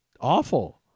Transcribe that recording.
awful